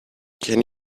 can